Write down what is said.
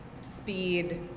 speed